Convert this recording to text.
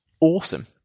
awesome